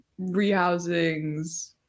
rehousings